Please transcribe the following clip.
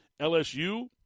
LSU